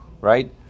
right